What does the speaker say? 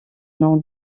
nom